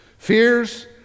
Fears